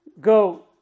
go